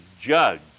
judge